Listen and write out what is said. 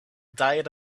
diet